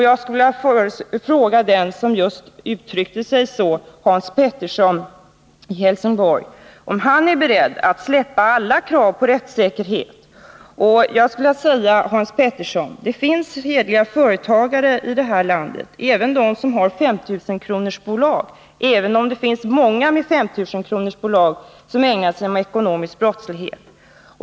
Jag skulle vilja fråga den som uttryckte sig just så, Hans Pettersson i Helsingborg, om han är beredd att släppa alla krav på rättssäkerhet. Jag skulle vilja säga, Hans Pettersson, att det finns hederliga företagare i vårt land — även sådana som har femtusenkronorsbolag — samtidigt som det finns många med femtusenkronorsbolag som ägnar sig åt ekonomisk brottslighet.